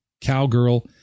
Cowgirl